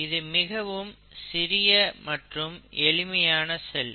இது மிகவும் சிறிய மற்றும் எளிமையான செல்